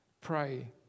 pray